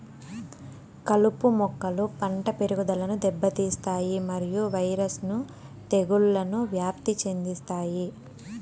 కలుపు మొక్కలు పంట పెరుగుదలను దెబ్బతీస్తాయి మరియు వైరస్ ను తెగుళ్లను వ్యాప్తి చెందిస్తాయి